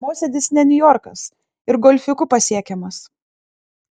mosėdis ne niujorkas ir golfiuku pasiekiamas